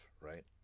right